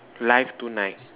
live tonight